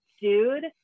dude